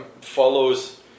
follows